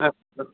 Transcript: अस्तु